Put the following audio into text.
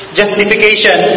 justification